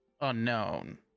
Unknown